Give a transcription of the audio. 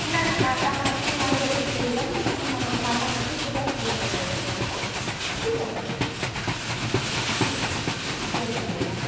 न न मां तव्हांखे जॾहिं ईंदमि त तव्हां मां मां तव्हांखे हिक बार फ़ोन करे रखदीमाव ठीकु आहे जी जी जी जय झूलेलाल